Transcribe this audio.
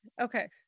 Okay